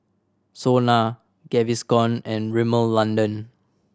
SONA Gaviscon and Rimmel London